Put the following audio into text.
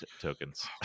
tokens